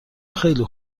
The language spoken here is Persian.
خیلی